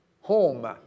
home